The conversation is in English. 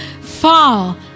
Fall